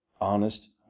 honest